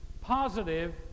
positive